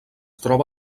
troba